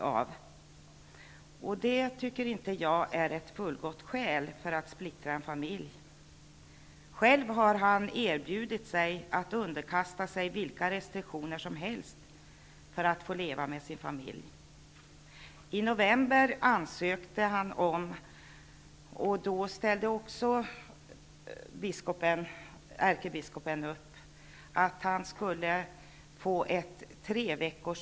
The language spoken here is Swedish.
Det tycker jag inte är ett fullgott skäl för att splittra en familj. Han har erbjudit sig att underkasta sig vilka restriktioner som helst för att få leva med sin familj. I november ansökte han om ett treveckorsvisum till Sverige, för att få se sin lille son.